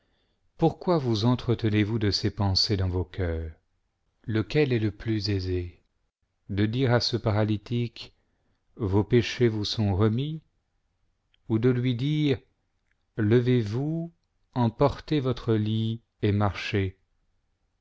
pourquoi vous entretenezvous de ces pensées dans vos coeurs lequel est le plus aisé de dire à ce paralytique vos péchés vous sont remis ou de lui dire levez-vous emportez votre lit et marchez